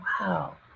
wow